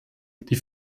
die